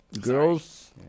Girls